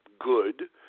good